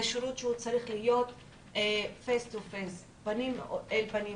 זה שירות שצריך להיות פנים אל פנים,